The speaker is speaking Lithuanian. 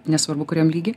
nesvarbu kuriam lygy